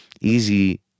easy